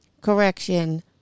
Correction